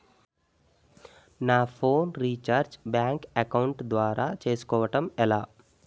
నా phone recharge bank account ద్వారా చేసుకోవటం ఎలా?